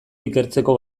ikertzeko